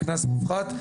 לקנס מופחת,